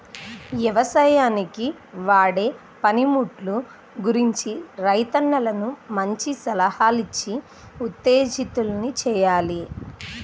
యవసాయానికి వాడే పనిముట్లు గురించి రైతన్నలను మంచి సలహాలిచ్చి ఉత్తేజితుల్ని చెయ్యాలి